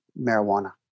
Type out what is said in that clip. marijuana